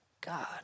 God